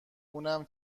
اونم